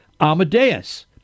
Amadeus